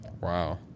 Wow